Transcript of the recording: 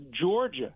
Georgia